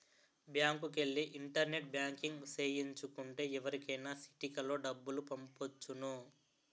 బ్యాంకుకెల్లి internet banking సేయించు కుంటే ఎవరికైనా సిటికలో డబ్బులు పంపొచ్చును